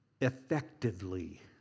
effectively